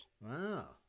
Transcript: Wow